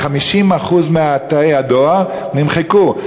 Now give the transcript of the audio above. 50% מתאי הדואר נמחקו.